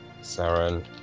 Saren